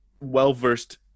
well-versed